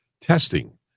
testing